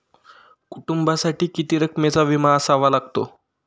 कुटुंबासाठी किती रकमेचा विमा असावा लागतो?